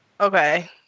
Okay